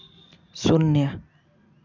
शून्य